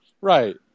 Right